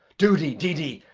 do de, de, de.